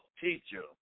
teacher